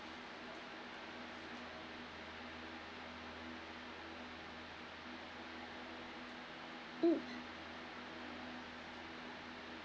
mm